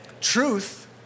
Truth